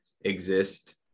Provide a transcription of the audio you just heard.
exist